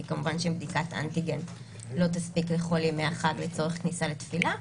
כי כמובן שבדיקת אנטיגן לא תספיק לכל ימי החג לצורך כניסה לתפילה.